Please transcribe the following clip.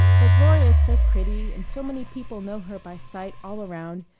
but gloria's so pretty, and so many people know her by sight all around,